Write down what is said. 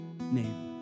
name